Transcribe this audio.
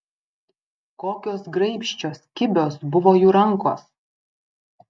kokios graibščios kibios buvo jų rankos